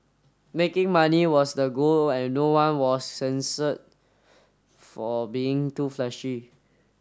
making money was the goal and no one was censer for being too flashy